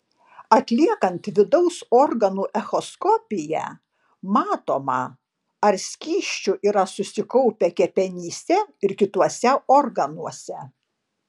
atliekant vidaus organų echoskopiją matoma ar skysčių yra susikaupę kepenyse ir kituose organuose